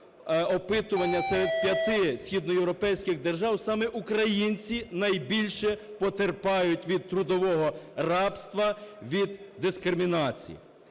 опитування серед 5 східноєвропейських держав, саме українці найбільше потерпають від трудового рабства, від дискримінацій.